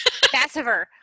Massiver